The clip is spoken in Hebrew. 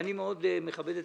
ואני מאוד מכבד את